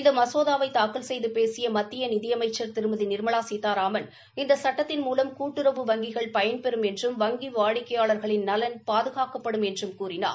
இந்த மசோதாவை தாக்கல் செய்து பேசிய மத்திய நிதி அமைச்ச் திருமதி நிர்மலா சீதாராமன் இந்த சுட்டத்தின் மூலம் கூட்டுறவு வங்கிகள் பயன்பெறும் என்றும் வங்கி வாடிக்கையாளா்களின் நலன் பாதுகாக்கப்படும் என்றும் கூறினார்